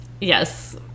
Yes